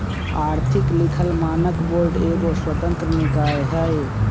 आर्थिक लिखल मानक बोर्ड एगो स्वतंत्र निकाय हइ